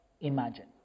imagine